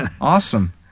Awesome